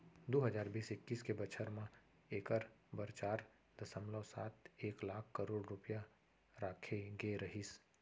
दू हजार बीस इक्कीस के बछर म एकर बर चार दसमलव सात एक लाख करोड़ रूपया राखे गे रहिस